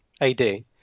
AD